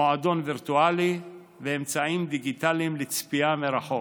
מועדון וירטואלי ואמצעים דיגיטליים לצפייה מרחוק.